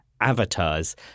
Avatars